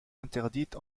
interdite